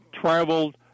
traveled